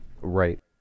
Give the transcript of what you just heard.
Right